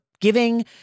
giving